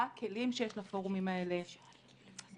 מה הכלים שיש לפורומים האלה וכו'.